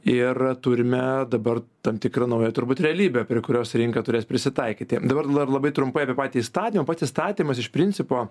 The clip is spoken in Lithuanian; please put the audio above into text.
ir turime dabar tam tikrą naują turbūt realybę prie kurios rinka turės prisitaikyti dabar la labai trumpai apie patį įstatymą pats įstatymas iš principo